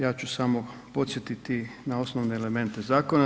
Ja ću samo podsjetiti na osnovne elemente zakona.